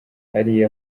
hariya